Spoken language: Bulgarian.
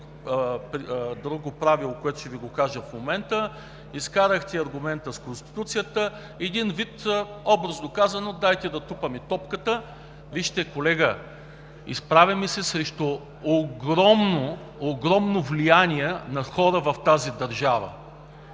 друго правило, което ще Ви го кажа в момента. Изкарахте аргумента с Конституцията – един вид, образно казано: дайте да тупаме топката. Колега, вижте! Изправяме се срещу огромно, огромно влияние на хора в тази държава.